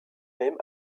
même